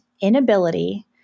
inability